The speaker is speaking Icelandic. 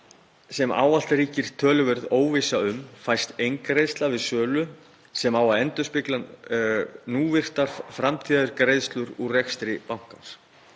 sem ávallt ríkir töluverð óvissa um fæst eingreiðsla við sölu sem á að endurspegla núvirtar framtíðargreiðslur úr rekstri bankans.